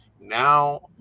Now